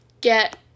get